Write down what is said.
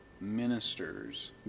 ministers